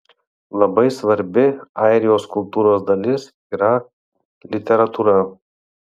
labai svarbi airijos kultūros dalis yra literatūra